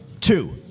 Two